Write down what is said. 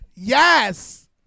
Yes